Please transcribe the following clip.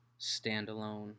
standalone